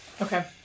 Okay